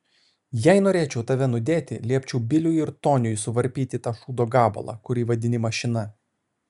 jei norėčiau tave nudėti liepčiau biliui ir toniui suvarpyti tą šūdo gabalą kurį vadini mašina